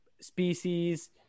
species